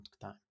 time